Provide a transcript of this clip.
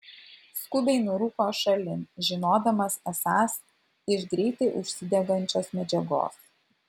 skubiai nurūko šalin žinodamas esąs iš greitai užsidegančios medžiagos